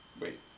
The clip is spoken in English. wait